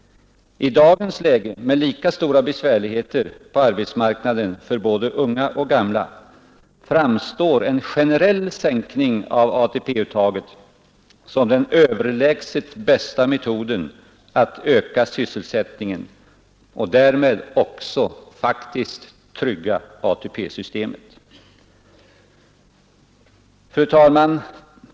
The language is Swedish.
I dagens läge, med lika stora besvärligheter på arbetsmarknaden för unga och gamla, framstår en generell sänkning av ATP-uttaget som den överlägset bästa metoden att öka sysselsättningen, och därmed också faktiskt trygga ATP-systemet. Fru talman!